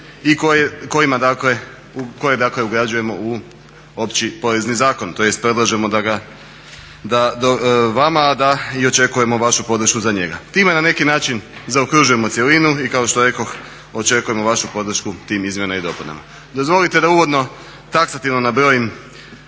i koje dakle ugrađujemo u Opći porezni zakon tj. predlažemo vama i očekujemo vašu podršku za njega. Time na neki način zaokružujemo cjelinu i kao što rekoh, očekujemo vašu podršku tim izmjenama i dopunama. Dozvolite da uvodno taksativno nabrojim